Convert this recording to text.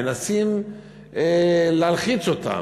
מנסים להלחיץ אותם,